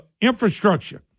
infrastructure